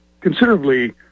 considerably